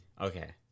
Okay